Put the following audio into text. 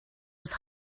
was